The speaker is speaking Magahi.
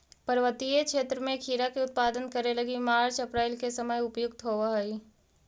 पर्वतीय क्षेत्र में खीरा के उत्पादन करे लगी मार्च अप्रैल के समय उपयुक्त होवऽ हई